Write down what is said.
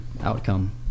outcome